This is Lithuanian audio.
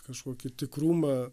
kažkokį tikrumą